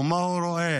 ומה הוא רואה?